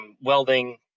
welding